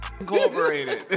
incorporated